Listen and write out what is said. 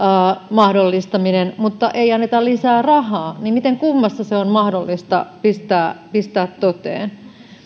mahdollistaminen mutta ei anneta lisää rahaa niin miten kummassa se on mahdollista pistää pistää toteen